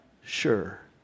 sure